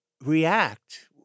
react